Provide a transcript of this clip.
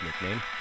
nickname